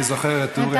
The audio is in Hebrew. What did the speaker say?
אני זוכר את אורי,